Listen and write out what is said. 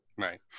Right